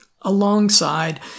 alongside